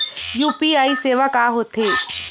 UPI सेवा का होथे?